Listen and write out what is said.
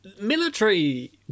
Military